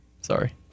sorry